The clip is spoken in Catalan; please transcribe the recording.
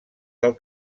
del